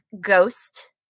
ghost